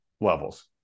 levels